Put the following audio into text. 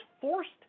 forced